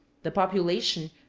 the population,